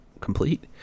complete